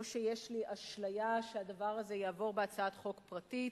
לא שיש לי אשליה שהדבר הזה יעבור בהצעת חוק פרטית,